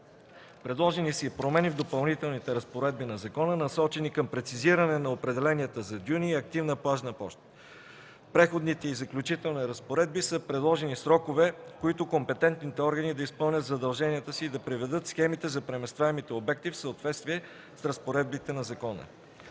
Предложени са и промени в допълнителните разпоредби на закона, насочени към прецизиране на определенията за дюни и активна плажна площ. В преходните и заключителните разпоредби са предложени срокове, в които компетентните органи да изпълнят задълженията си и да приведат схемите за преместваемите обекти в съответствие с разпоредбите на закона.